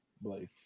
Blaze